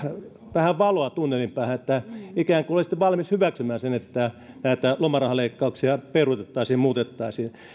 vähän valoa tunnelin päähän että ikään kuin olisitte valmis hyväksymään sen että näitä lomarahaleikkauksia peruutettaisiin tai muutettaisiin